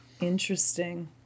Interesting